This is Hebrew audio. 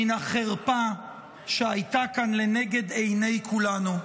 מן החרפה שהייתה כאן לנגד עיני כולנו.